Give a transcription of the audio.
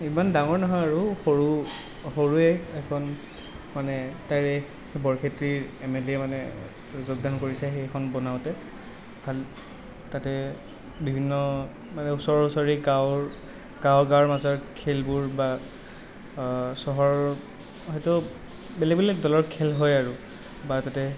ইমান ডাঙৰ নহয় আৰু সৰু সৰুৱে এখন মানে তাৰে বৰক্ষেত্ৰীৰ এম এল এ মানে যোগদান কৰিছে সেইখন বনাওঁতে ভালে তাতে বিভিন্ন মানে ওচৰা ওচৰি গাৱঁৰ গাৱঁৰ গাৱঁৰ মাজৰ খেলবোৰ বা চহৰৰ সেইটো বেলেগ বেলেগ দলৰ খেল হয় আৰু বা তাতে